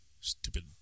Stupid